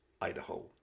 Idaho